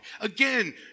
Again